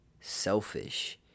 selfish